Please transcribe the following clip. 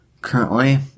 currently